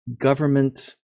government